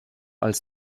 als